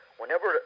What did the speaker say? whenever